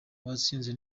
watsinze